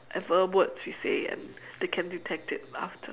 ~ever words you say and they can detect it after